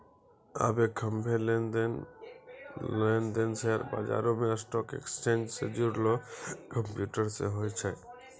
आबे सभ्भे लेन देन शेयर बजारो मे स्टॉक एक्सचेंज से जुड़लो कंप्यूटरो से होय छै